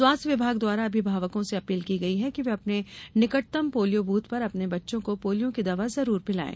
स्वास्थ्य विभाग द्वारा अभिभावकों से अपील की गई है कि वे अपने निकटतम पोलियो बूथ पर अपने बच्चों को पोलियो की दवा जरूर पिलायें